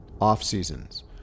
off-seasons